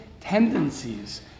tendencies